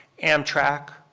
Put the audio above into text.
amtrak,